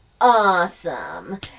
Awesome